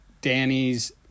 danny's